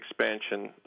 expansion